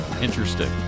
Interesting